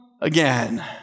again